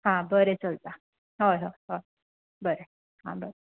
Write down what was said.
हा बरें चलता हय हय हय बरें आं बरें